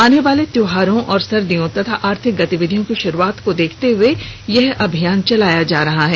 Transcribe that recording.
आने वाले त्योहारों और सर्दियों तथा आर्थिक गतिविधियों की शुरुआत को देखते हुए यह अभियान चलाया जा रहा है